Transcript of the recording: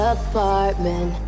apartment